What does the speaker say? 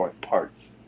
parts